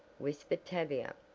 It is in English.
whispered tavia,